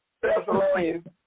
Thessalonians